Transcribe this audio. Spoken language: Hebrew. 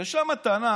ושם טענה